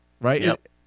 Right